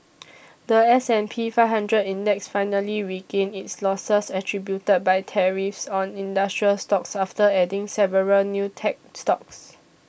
the S and P Five Hundred Index finally regained its losses attributed by tariffs on industrial stocks after adding several new tech stocks